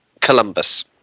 Columbus